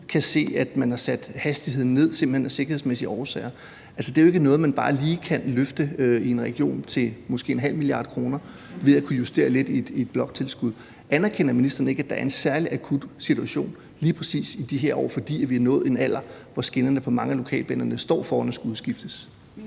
nu se, at man har sat hastigheden ned simpelt hen af sikkerhedsmæssige årsager. Det er jo ikke noget, man bare lige kan løfte i en region, for det koster måske en halv milliard kroner, ved at kunne justere lidt i et bloktilskud. Anerkender ministeren ikke, at der er en særlig akut situation lige præcis i de her år, fordi det har nået en alder, hvor skinnerne på mange af lokalbanerne står foran at skulle udskiftes?